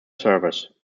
servers